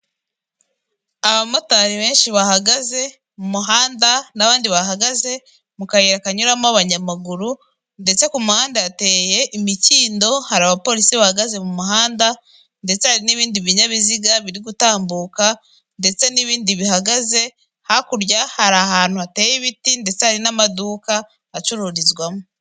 Abamotari benshi bahagaze mu muhanda n'abandi bahagaze mu kayira kanyuramo abanyamaguru, ndetse ku muhanda hateye imikindo hari abapolisi bahagaze mu muhanda, ndetse hari n'ibindi binyabiziga biri gutambuka, ndetse n'ibindi bihagaze hakurya hari ahantu hateye ibiti ndetse hari n'amaduka acururizwamo.